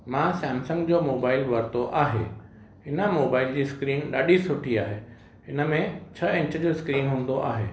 मां सैमसंग जो मोबाइल वरितो आहे हिन मोबाइल जी स्क्रीन ॾाढी सुठी आहे हिन में छह इंच जो स्क्रीन हूंदो आहे